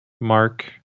mark